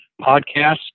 podcast